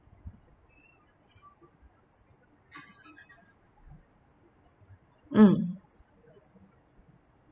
mm